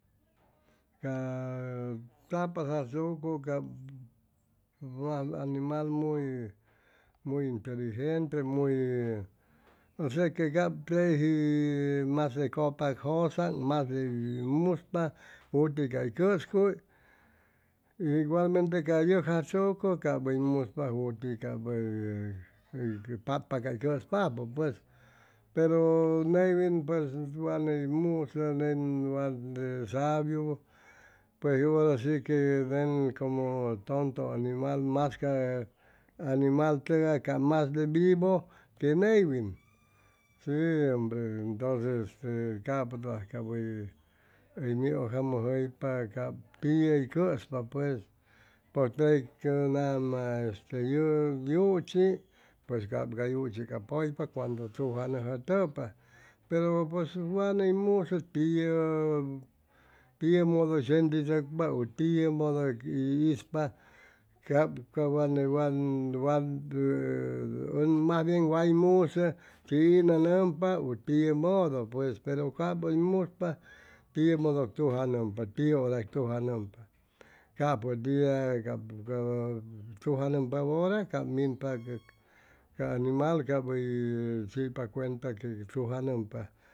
Ca tzapatz asucʉ cap wat animal muy muy inteligente muy osea que cap teji que mas de cʉpak jʉsan mas de muspa juti cay cʉscuy igualmente ca yʉg asucʉ cay hʉy miuspa juti cay hʉy patpa cay cʉspapʉ pues pero neywin pues wa ney usʉ nen wa de sabiu pues hora shi que nen como tonto animal mas ca animal tʉgay cap masde vivo que neywin si hombre entonces capʉtʉgay hʉy niugjamʉjʉypa cap tiʉ hʉy cʉspa pues puj tey nama este yuchi pues cap ca yuchi cap pʉypa cuando tujanʉjʉtʉpa pero pues wa ney musʉ tiʉ modo hʉy sentichʉcpa u tiʉmodpo hʉy ispa cap ca wan wan mas bien way musʉ shi inʉnʉmpa u tiʉmodo pues pero cap hʉy muspa tiʉmodo tujanʉmpa tiʉ hora tujanʉmpa capʉ dia tujanʉmpa bʉra cap minpa ca animal cap hʉy chipa cuenta que tujanʉmpa